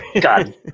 God